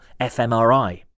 FMRI